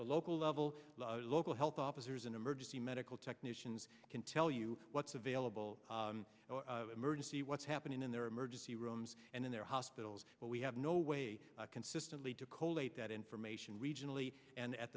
the local level local health officers and emergency medical technicians can tell you what's available emergency what's happening in their emergency rooms and in their hospitals but we have no way consistently to cole eight that information regionally and at